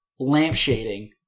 lampshading